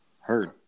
Heard